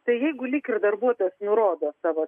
tai jeigu lyg ir darbuotojas nurodo savo